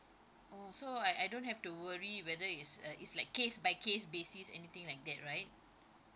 oh so I I don't have to worry whether it's a it's like case by case basis anything like that right